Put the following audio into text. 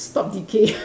stop decay